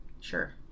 sure